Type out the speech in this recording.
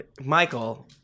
Michael